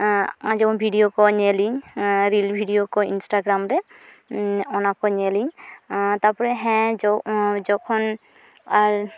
ᱡᱮᱢᱚᱱ ᱵᱷᱤᱰᱤᱭᱳᱠᱚ ᱧᱮᱞᱤᱧ ᱨᱤᱞ ᱵᱷᱤᱰᱤᱭᱳᱠᱚ ᱤᱱᱥᱴᱟᱜᱨᱟᱢ ᱨᱮ ᱚᱱᱟᱠᱚ ᱧᱮᱞᱤᱧ ᱛᱟᱯᱚᱨᱮ ᱦᱮᱸ ᱡᱚᱠᱷᱚᱱ ᱟᱨ